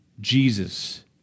Jesus